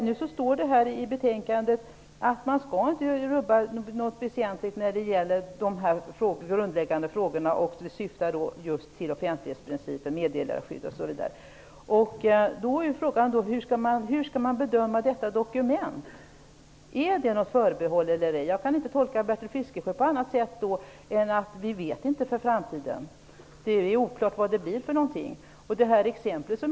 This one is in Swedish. Det står i betänkandet att inget väsentligt skall rubbas när det gäller grundläggande frågor syftande till offentlighetsprincipen, meddelarskydd osv. Hur skall man bedöma detta dokument? Innebär det något förbehåll eller ej? Jag kan inte tolka Bertil Fiskesjö på annat sätt än att det är oklart inför framtiden hur det blir.